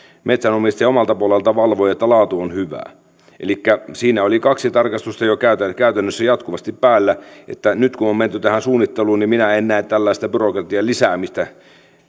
metsänomistaja omalta puoleltaan valvoi että laatu on hyvää elikkä siinä oli jo kaksi tarkastusta käytännössä käytännössä jatkuvasti päällä ja nyt kun on menty tähän suunnitteluun niin minä en näe tällaista byrokratian lisäämistä